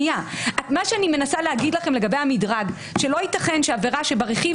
מה שאני מנסה להגיד לכם לגבי המדרג זה שלא יתכן שעבירה שברכיב